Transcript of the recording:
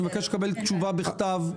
אני מבקש לקבל תשובה בכתב.